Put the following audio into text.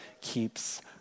keeps